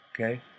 okay